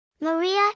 Maria